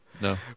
No